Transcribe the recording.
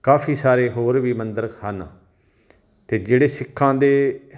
ਕਾਫੀ ਸਾਰੇ ਹੋਰ ਵੀ ਮੰਦਰ ਹਨ ਅਤੇ ਜਿਹੜੇ ਸਿੱਖਾਂ ਦੇ